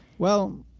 well,